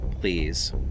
please